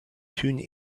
tune